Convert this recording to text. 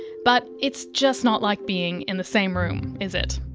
but it's just not like being in the same room, is it.